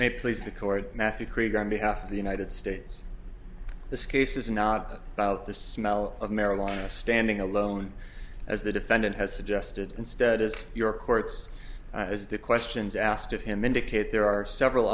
court matthew craig on behalf of the united states this case is not about the smell of marijuana standing alone as the defendant has suggested instead as your courts as the questions asked of him indicate there are several